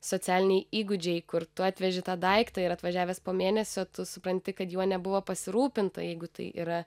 socialiniai įgūdžiai kur tu atveži tą daiktą ir atvažiavęs po mėnesio tu supranti kad juo nebuvo pasirūpinta jeigu tai yra